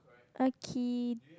okay